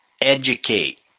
educate